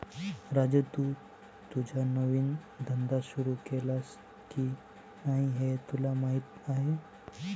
राजू, तू तुझा नवीन धंदा सुरू केलास की नाही हे तुला माहीत आहे